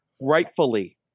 rightfully